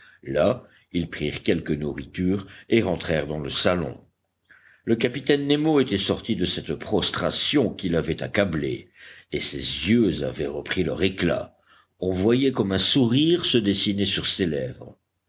là ils prirent quelque nourriture et rentrèrent dans le salon le capitaine nemo était sorti de cette prostration qui l'avait accablé et ses yeux avaient repris leur éclat on voyait comme un sourire se dessiner sur ses lèvres